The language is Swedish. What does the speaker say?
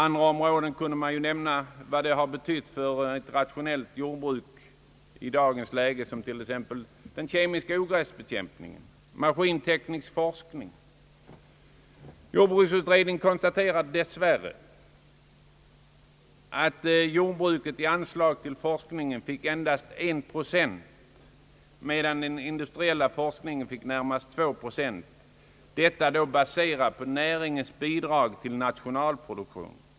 Andra områden där växtförädling betytt mycket för ett rationellt jordbruk är t.ex. den kemiska ogräsbekämpningen och den maskintekniska forskningen. Jordbruksutredningen konstaterar att jordbruket får endast en procent i anslag till forskning, medan den industriella forskningen får nästan två pro cent, detta baserat på näringens bidrag till nationalproduktionen.